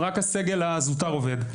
רק הסגל הזוטר עובד.